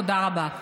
תודה רבה.